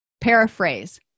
Paraphrase